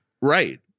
Right